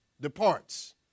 departs